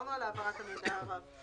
דיברנו על העברת המידע.